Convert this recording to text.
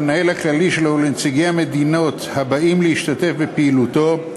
למנהל הכללי שלו ולנציגי המדינות הבאים להשתתף בפעילותו,